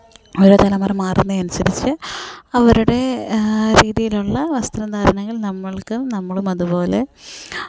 ഓരോ തലമുറ മാറുന്നത് അനുസരിച്ച് അവരുടെ രീതിയിലുള്ള വസ്ത്രധാരണങ്ങള് നമ്മള്ക്കും നമ്മളും അതുപോലെ